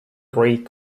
greek